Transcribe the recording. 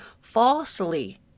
falsely